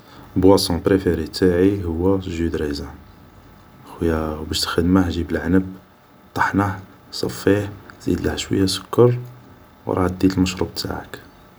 بوصون بريفري تاعي هو جو دو ريزان يا خويا باش تخدمه يجي بالعنب طحنه صفيه و زيدله شوية سكر و راك ديت المشروب تاعك